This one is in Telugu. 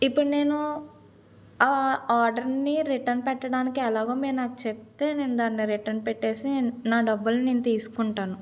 ఇప్పుడు నేను ఆ ఆర్డర్ని రిటర్న్ పెట్టడానికి ఎలాగో మీరు నాకు చెప్తే నేను దాన్ని రిటర్న్ పెట్టేసి నా డబ్బులు నేను తీసుకుంటాను